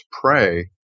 pray